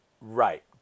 Right